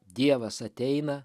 dievas ateina